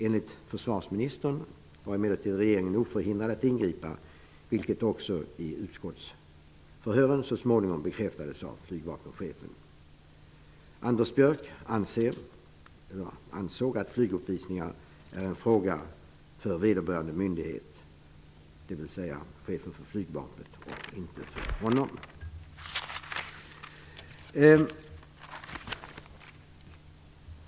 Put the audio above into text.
Enligt försvarsministern var emellertid regeringen oförhindrad att ingripa, vilket så småningom också bekräftades i utskottsförhören av flygvapenchefen. Anders Björck ansåg att flyguppvisningar är en fråga för vederbörande myndighet, dvs. för chefen för flygvapnet och inte för honom själv.